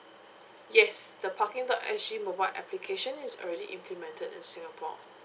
yes the parking dot S G mobile application is already implemented in singapore